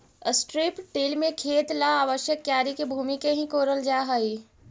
strip till में खेत ला आवश्यक क्यारी के भूमि के ही कोड़ल जा हई